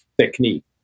technique